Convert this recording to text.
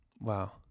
Wow